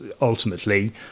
ultimately